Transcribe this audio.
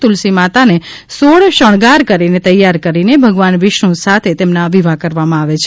તુલસીમાતાને સોળ શણગાર કરીને તૈયાર કરીને ભગવાન વિષ્ણુ સાથે તેમના વિવાહ કરાવવામાં આવે છે